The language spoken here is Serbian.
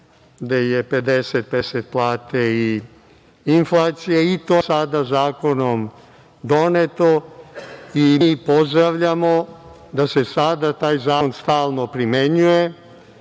gde je 50-50 plate i inflacije. To je sada zakonom doneto. Mi pozdravljamo da se sada taj zakon stalno primenjuje. Rezultat